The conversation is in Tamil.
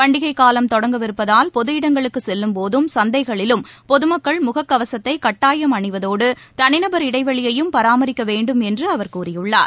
பண்டிகை காலம் தொடங்கவிருப்பதால் பொது இடங்களுக்குச் செல்லும்போதும் சந்தைகளிலும் பொதுமக்கள் முகக்கவசத்தை கட்டாயம் அணிவதோடு தனிநபர் இடைவெளியையும் பராமரிக்க வேண்டும் என்று அவர் கூறியுள்ளார்